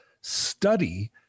study